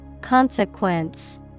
Consequence